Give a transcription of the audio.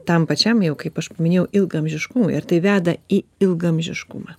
tam pačiam jau kaip aš paminėjau ilgaamžiškumui ar tai veda į ilgaamžiškumą